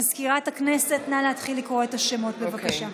מזכירת הכנסת, נא להתחיל לקרוא את השמות, בבקשה.